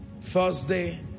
Thursday